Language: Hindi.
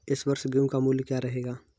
इस वर्ष गेहूँ का मूल्य क्या रहेगा?